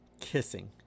Kissing